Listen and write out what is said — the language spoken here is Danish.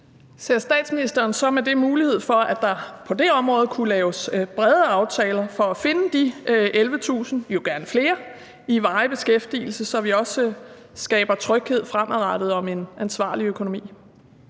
Ser statsministeren med det så en mulighed for, at der på det område kunne laves brede aftaler for at finde de 11.000, og jo gerne flere, i varig beskæftigelse, så vi også skaber tryghed fremadrettet om en ansvarlig økonomi?